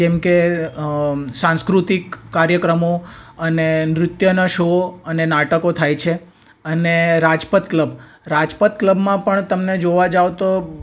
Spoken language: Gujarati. જેમકે સાંસ્કૃતિક કાર્યક્રમો અને નૃત્યના શૉ અને નાટકો થાય છે અને રાજપથ ક્લબ રાજપથ ક્લબમાં પણ તમેને જોવા જાવ તો